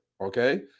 Okay